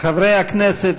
חברי הכנסת,